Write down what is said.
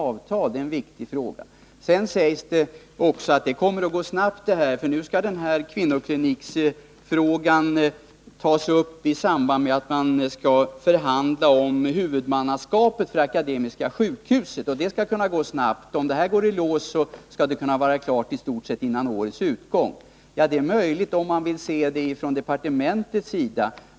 Det sades vidare att kvinnoklinikfrågan kommer att behandlas skyndsamt, eftersom den tas upp i samband med förhandlingarna om huvudmannaskap för Akademiska sjukhuset, vilka skall kunna genomföras snabbt. Om detta går i lås, skall man kunna vara i stort sett klar före årets utgång. Ja, det är möjligt, om man ser det från departementets sida.